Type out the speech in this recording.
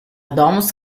domus